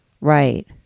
Right